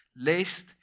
Lest